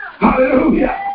Hallelujah